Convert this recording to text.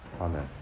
Amen